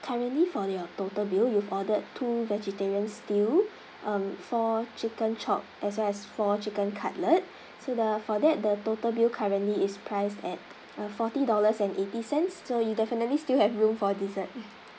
currently for your total bill you've ordered to vegetarian stew um four chicken chop as well as four chicken cutlet so for that the total bill currently is priced at forty dollars and eighty cents so you definitely still have room for dessert